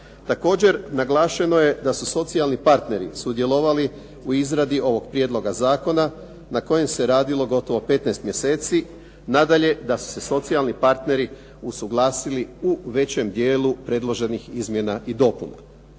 Također naglašeno je da su socijalni partneri sudjelovali u izradi ovog prijedloga zakona na kojem se radilo gotovo 15 mjeseci. Nadalje, da su se socijalni partneri usuglasili u većem dijelu predloženih izmjena i dopuna.